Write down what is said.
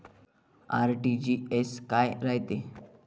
RTGS काय रायते?